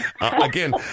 Again